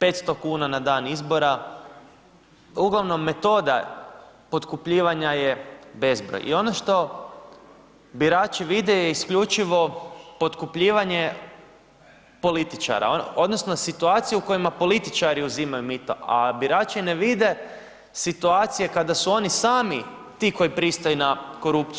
500 kn na dan izbora, ugl. metoda potkupljivanja je bezbroj i ono što birače vide je isključivo potkupljivanje političara, odnosno, situacija u kojoj političari uzimaju mito, a birači ne vide situacije kada su oni sami ti koji pristaju na korupciju.